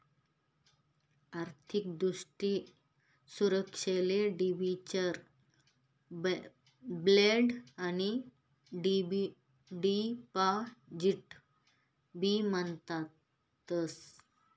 आर्थिक दृष्ट्या सुरक्षाले डिबेंचर, बॉण्ड आणि डिपॉझिट बी म्हणतस